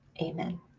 Amen